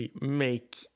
make